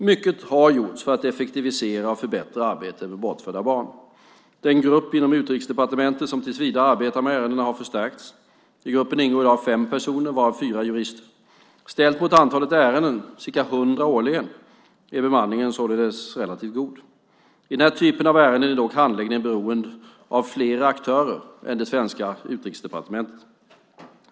Mycket har gjorts för att effektivisera och förbättra arbetet med bortförda barn. Den grupp inom Utrikesdepartementet som tills vidare arbetar med ärendena har förstärkts. I gruppen ingår i dag fem personer, varav fyra jurister. Ställt mot antalet ärenden, ca 100 årligen, är bemanningen således relativt god. I den här typen av ärenden är dock handläggningen beroende av fler aktörer än svenska Utrikesdepartementet.